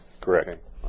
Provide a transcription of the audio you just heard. Correct